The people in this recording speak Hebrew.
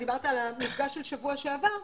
דיברת על המפגש של שבוע שעבר,